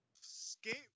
skate